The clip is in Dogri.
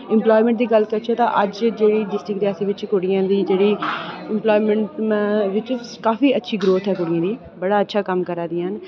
एम्पलाएमेंट दी गल्ल करचे अज जेहड़ी डिस्ट्रिक रियासी बिच कुड़ियां औंदियां एम्पलाएमेंट च बी अच्छी ग्रोथ ऐ कुड़िये दी बडा अच्छा कम्म करा दियां न